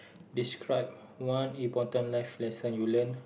describe one important life lesson you learn